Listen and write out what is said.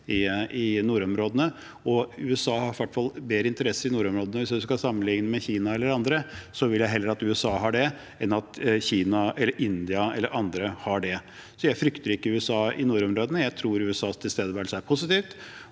i nordområdene. USA har i hvert fall bedre interesser i nordområdene – om vi skal sammenligne med Kina eller andre, vil jeg heller at USA har det enn at Kina, India eller andre har det. Jeg frykter ikke USA i nordområdene, og jeg tror USAs tilstedeværelse er positiv.